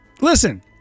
listen